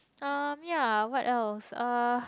um ya what esle (uh(